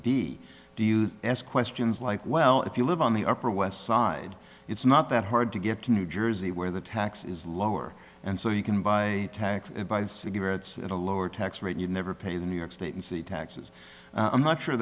be do you ask questions like well if you live on the upper west side it's not that hard to get to new jersey where the tax is lower and so you can buy tanks and buy cigarettes at a lower tax rate you never pay the new york state and city taxes i'm not sure